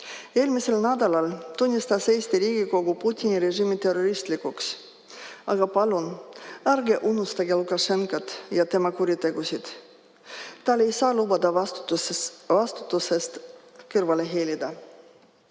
Eelmisel nädalal tunnistas Eesti Riigikogu Putini režiimi terroristlikuks. Ma väga palun: ärge unustage Lukašenkat ja tema kuritegusid. Tal ei saa lubada vastutusest kõrvale hiilida.